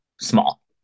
small